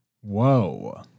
Whoa